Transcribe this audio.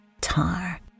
tar